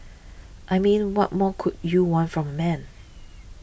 I mean what more could you want from a man